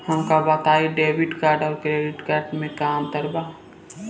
हमका बताई debit card और क्रेडिट कार्ड में का अंतर बा?